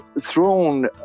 thrown